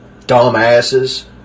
dumbasses